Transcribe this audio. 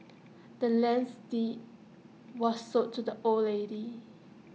the land's deed was sold to the old lady